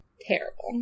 terrible